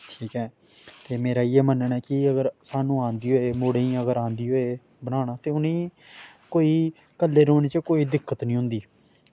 ठीक ऐ ते मेरा इ'यै मन्नना ऐ कि अगर सानूं आंदी होवै मुड़े गी अगर आंदी होए बनाना ते उ'नें ई कोई कल्लै रौह्ने च कोई दिक्कत निं होंदी